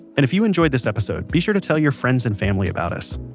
and if you enjoyed this episode, be sure to tell your friends and family about us.